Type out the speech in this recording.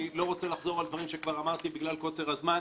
אני לא רוצה לחזור על דברים שכבר אמרתי בגלל קוצר הזמן.